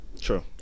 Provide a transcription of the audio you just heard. True